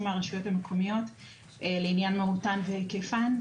מהרשויות המקומיות לעניין מהותן והיקפן,